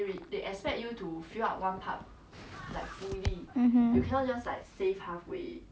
orh so like 你要一次过 fill the whole document cannot save